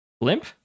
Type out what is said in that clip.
limp